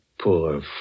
poor